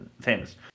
famous